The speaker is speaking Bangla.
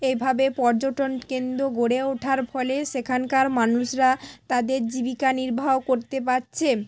এভাবে পর্যটনকেন্দ্র গড়ে ওঠার ফলে সেখানকার মানুষরা তাদের জীবিকা নির্বাহ করতে পারছে